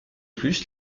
plus